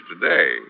today